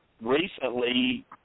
recently